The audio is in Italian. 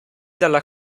dalla